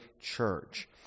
church